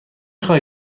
خواهی